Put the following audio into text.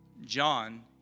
John